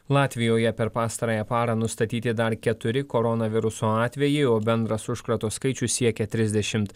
latvijoje per pastarąją parą nustatyti dar keturi koronaviruso atvejai o bendras užkrato skaičius siekė trisdešimt